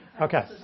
Okay